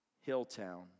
Hilltown